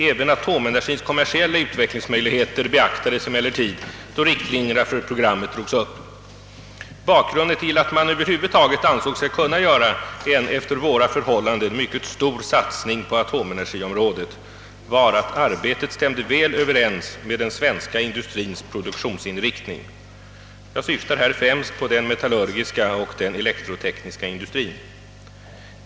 Även atomenergins kommersiella utvecklingsmöjligheter beaktades emellertid då riktlinjerna för programmet drogs upp. Bakgrunden till att man över huvud taget ansåg sig kunna göra en efter våra förhållanden mycket stor satsning på atomenergiområdet var att arbetet stämde väl överens med den svenska industrins produktionsinriktning. Jag syftar här främst på den metallurgiska och den elektroniska industrin.